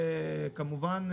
כמובן,